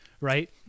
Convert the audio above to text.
right